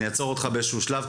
אני אעצור אותך באיזה שהוא שלב,